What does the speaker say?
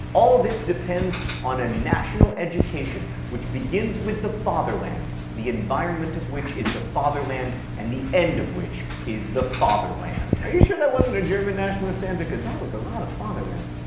all this depends on a national education, which begins with the fatherland, the environment of which is the fatherland, and the end of which is the fatherland. are you sure that wasn't a german nationalist, stan, because that was a lot of fatherlands?